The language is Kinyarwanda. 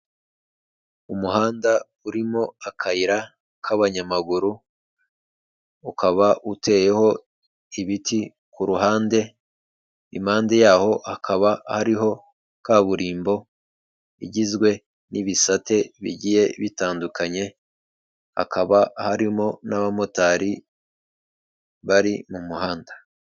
Umuhanda urimo akayira k'abanyamaguru, ukaba uteyeho ibiti ku ruhande impande yaho akaba ariho kaburimbo igizwe n'ibisate bigiye bitandukanye, hakaba harimo n'abamotari bari mu muhanda.